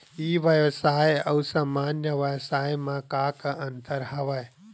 ई व्यवसाय आऊ सामान्य व्यवसाय म का का अंतर हवय?